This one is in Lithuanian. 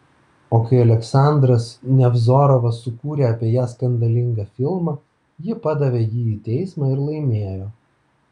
o kai aleksandras nevzorovas sukūrė apie ją skandalingą filmą ji padavė jį į teismą ir laimėjo